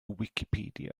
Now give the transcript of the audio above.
wicipedia